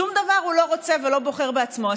שום דבר הוא לא רוצה ולא בוחר בעצמו,